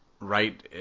right